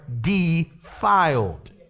defiled